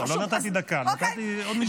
לא נתתי דקה, נתתי עוד משפט.